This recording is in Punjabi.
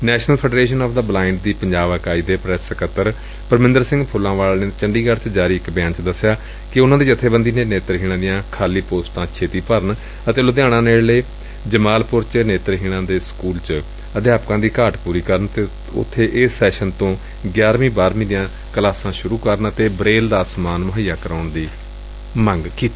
national federation of the blind ਦੀ ਪੰਜਾਬ ਇਕਾਈ ਦੇ ਪ੍ਰੈਸ ਸਕੱਤਰ ਪਰਮਿੰਦਰ ਸਿੰਘ ਫੁੱਲਾਂਵਾਲ ਨੇ ਚੰਡੀਗੜੁ ਚ ਜਾਰੀ ਇਕ ਬਿਆਨ ਚ ਕਿਹਾ ਕਿ ਉਨੂਾ ਦੀ ਜਥੇਬੰਦੀ ਨੇ ਨੇਤਰਹੀਣਾ ਦੀਆਂ ਖਾਲੀ ਪੋਸਟਾਂ ਛੇਤੀ ਭਰਨ ਅਤੇ ਲੁਧਿਆਣਾ ਨੇੜੇ ਜਮਾਲਪੁਰ ਚ ਨੇਤਰਹੀਣਾ ਦੇ ਸਕੁਲ ਵਿਚ ਅਧਿਆਪਕਾ ਦੀ ਘਾਟ ਪੁਰੀ ਕਰਨ ਅਤੇ ਉਬੇ ਇਸ ਸੈਸ਼ਨ ਤੋਂ ਗਿਆਰਵੀਂ ਬਾਰ੍ਵੀਂ ਦੀਆਂ ਕਲਾਸਾਂ ਸੁਰੁ ਅਤੇ ਬਰੇਲ ਦਾ ਸਮਾਨ ਮੁਹੱਈਆ ਕਰਾਉਣ ਦੀ ਮੰਗ ਕੀਤੀ